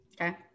okay